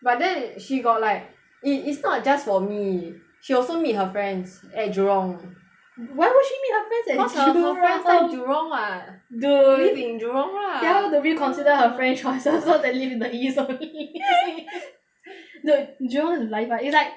but then she got like it it's not just for me she also meet her friends at jurong why would she meet her friends at jurong cause her friends all jurong [what] dude live in jurong lah tell her to reconsider her friend choices so they live in the east only dude jurong it's like